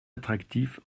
attractif